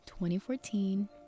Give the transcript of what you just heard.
2014